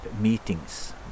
meetings